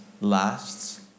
lasts